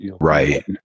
Right